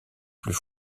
plus